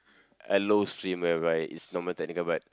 a low stream whereby is normal technical but